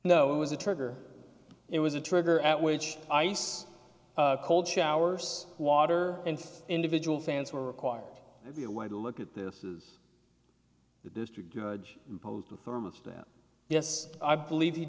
no it was a trigger it was a trigger at which ice cold showers water and individual fans were required to be a way to look at this is the district judge imposed a thermostat yes i believe he